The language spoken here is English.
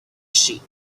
sheep